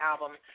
album